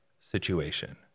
situation